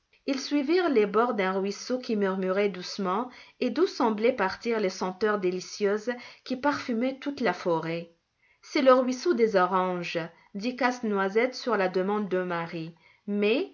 ils suivirent les bords d'un ruisseau qui murmurait doucement et d'où semblaient partir les senteurs délicieuses qui parfumaient toute la forêt c'est le ruisseau des oranges dit casse-noisette sur la demande de marie mais